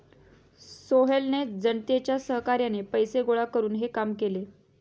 सोहेलने जनतेच्या सहकार्याने पैसे गोळा करून हे काम केले